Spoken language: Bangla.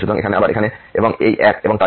সুতরাং এখানে আবার এখানে এবং এই এক এবং তাই